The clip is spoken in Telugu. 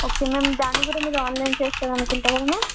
ఓకే మ్యామ్ దాన్ని కూడా మీరు ఆన్లైన్ చేస్తారనుకుంటా కదా మ్యామ్